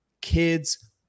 Kids